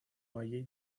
моей